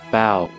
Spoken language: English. Bow